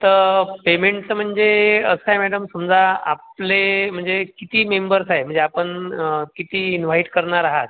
तर पेमेंटचं म्हणजे असं आहे मॅडम समजा आपले म्हणजे किती मेंबर्स आहे म्हणजे आपण किती इनव्हाईट करणार आहात